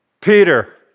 Peter